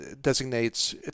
designates